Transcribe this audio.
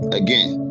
again